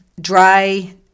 dry